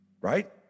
right